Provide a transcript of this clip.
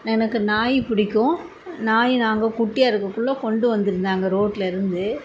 எனக்கு நாய் பிடிக்கும் நாய் நாங்கள் குட்டியாக இருக்கக்குள்ள கொண்டு வந்துருந்தாங்க ரோட்லயிருந்து